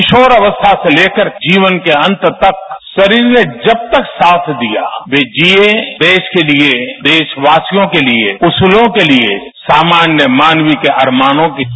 किशोर अवस्था से लेकर जीवन के अंत तक शरीर ने जब तक साथ दिया ये जिये देश के लिए देशवासियों के लिए वसूलों के लिए सामान्य मार्मिक अरमानों के लिए